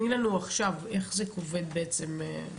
תני לנו עכשיו איך זה עובד בעצם,